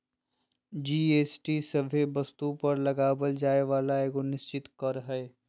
GST सभे वस्तु पर लगावल जाय वाला एगो निश्चित कर हय